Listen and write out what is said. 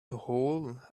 hole